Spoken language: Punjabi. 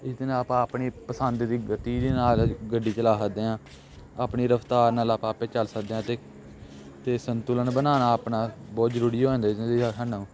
ਇਹਦੇ ਨਾਲ ਆਪਾਂ ਆਪਣੀ ਪਸੰਦ ਦੀ ਗਤੀ ਦੇ ਨਾਲ ਗੱਡੀ ਚਲਾ ਸਕਦੇ ਹਾਂ ਆਪਣੀ ਰਫਤਾਰ ਨਾਲ ਆਪਾਂ ਆਪੇ ਚੱਲ ਸਕਦੇ ਹਾਂ ਅਤੇ ਅਤੇ ਸੰਤੁਲਨ ਬਣਾਉਣਾ ਆਪਣਾ ਬਹੁਤ ਜ਼ਰੂਰੀ ਹੋ ਜਾਂਦਾ ਨਾਲ ਸਾਨੂੰ